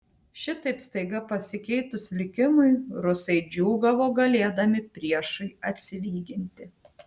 šitaip staiga pasikeitus likimui rusai džiūgavo galėdami priešui atsilyginti